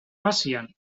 asian